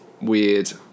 weird